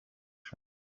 shop